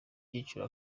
cyiciro